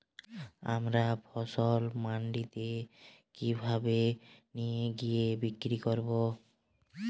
আমার ফসল মান্ডিতে কিভাবে নিয়ে গিয়ে বিক্রি করব?